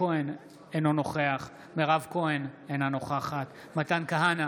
אינו נוכח מירב כהן, אינה נוכחת מתן כהנא,